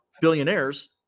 billionaires